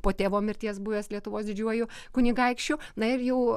po tėvo mirties buvęs lietuvos didžiuoju kunigaikščiu na ir jau